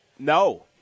No